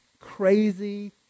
crazy